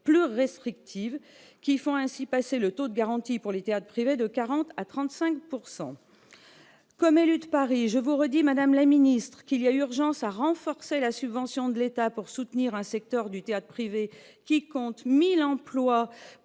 plus restrictives. Elle a ainsi fait passer le taux de garantie pour les théâtres privés de 40 % à 35 %. En tant qu'élue de Paris, je vous redis, madame la ministre, qu'il est urgent de renforcer la subvention de l'État pour soutenir le théâtre privé, qui compte 1 000 emplois